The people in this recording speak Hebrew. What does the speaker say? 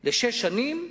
לשש שנים,